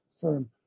firm